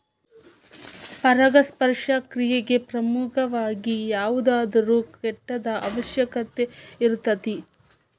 ಪರಾಗಸ್ಪರ್ಶ ಕ್ರಿಯೆಗೆ ಮುಖ್ಯವಾಗಿ ಯಾವುದಾದರು ಕೇಟದ ಅವಶ್ಯಕತೆ ಇರತತಿ